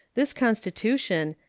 this constitution,